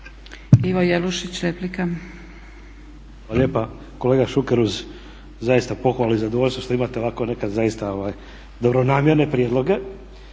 Ivo (SDP)** Hvala lijepa. Kolega Šuker, zaista pohvale i zadovoljstvo što imate ovako nekada zaista dobronamjerne prijedloge.